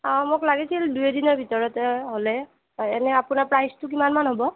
অ মোক লাগিছিল দুই এদিনৰ ভিতৰতে হ'লে হয় এনে আপোনাৰ প্ৰাইছটো কিমানমান হ'ব